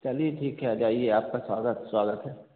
चलिए ठीक है आ जाइए आपका स्वागत स्वागत है